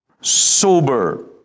sober